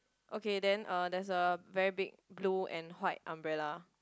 okay then uh there's a very big blue and white umbrella